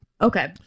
Okay